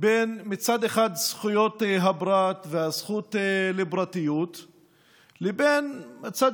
בין זכויות הפרט והזכות לפרטיות מצד אחד,